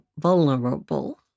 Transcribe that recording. vulnerable